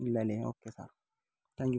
ഇല്ലല്ലേ okay sir thank you